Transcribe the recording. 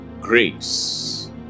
grace